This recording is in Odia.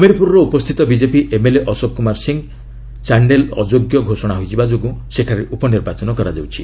ହମିରପୁରର ଉପସ୍ଥିତ ବିଜେପି ଏମ୍ଏଲ୍ଏ ଅଶୋକ କୁମାର ସିଂହ ଚାଣ୍ଡେଲ ଅଯୋଗ୍ୟ ଘୋଷଣା ହେବାଯୋଗୁଁ ସେଠାରେ ଉପନିର୍ବାଚନ କରାଯାଉଛି